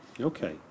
okay